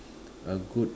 a good